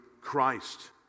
Christ